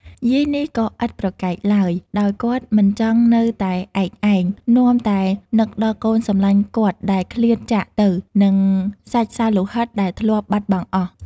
យាយនេះក៏ឥតប្រកែកឡើយ ដោយគាត់មិនចង់នៅតែឯកឯង នាំតែនឹកដល់កូនសំឡាញ់គាត់ដែលឃ្លាតចាកទៅ និងសាច់សាលោហិតដែលធ្លាប់បាត់បង់អស់ ។